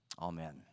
Amen